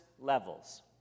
levels